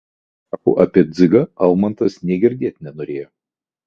tuo tarpu apie dzigą almantas nė girdėt nenorėjo